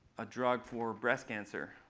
a drug for breast cancer.